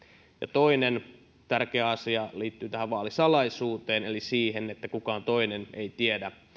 toinen tärkeä asia liittyy tähän vaalisalaisuuteen eli siihen että kukaan toinen ei tiedä